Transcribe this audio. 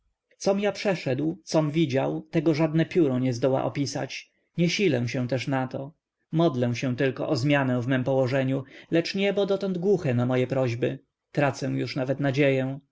com ja przeszedł com widział tego żadne pióro nie zdoła opisać nie silę się też na to modlę się tylko o zmianę w mem położeniu lecz niebo dotąd głuche na moje prośby tracę już nawet nadzieję